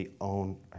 own